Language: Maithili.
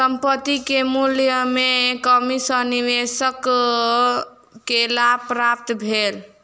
संपत्ति के मूल्य में कमी सॅ निवेशक के लाभ प्राप्त भेल